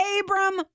Abram